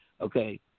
Okay